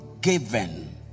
given